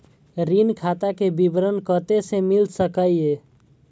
ऋण खाता के विवरण कते से मिल सकै ये?